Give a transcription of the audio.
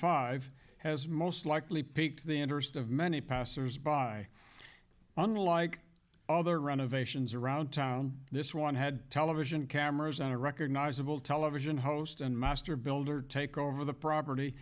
five has most likely piqued the interest of many passers by unlike other run of ations around town this one had television cameras and a recognizable television host and master builder take over the property